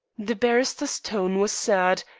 the barrister's tone was sad,